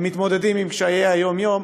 הם מתמודדים עם קשיי היום-יום,